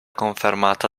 confermata